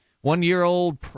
One-year-old